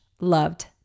loved